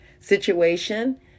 situation